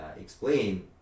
explain